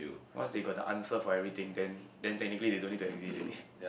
once they got the answer for everything then then technically they don't need to exist already